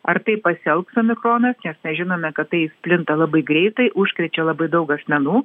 ar taip pasielgs omikronas nes mes žinome kad tai plinta labai greitai užkrečia labai daug asmenų